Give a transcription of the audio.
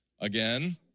again